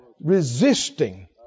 resisting